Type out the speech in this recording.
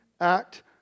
act